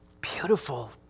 beautiful